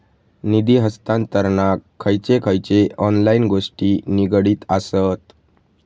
निधी हस्तांतरणाक खयचे खयचे ऑनलाइन गोष्टी निगडीत आसत?